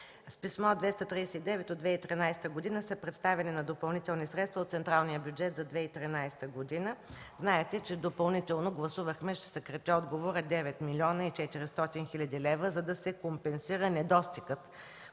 С Писмо № 239 от 2013 г. са предоставени допълнителни средства от централния бюджет за 2013 г. Знаете, че допълнително гласувахме – ще съкратя отговора, 9 млн. 400 хил. лв., за да се компенсира недостигът